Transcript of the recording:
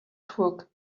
crook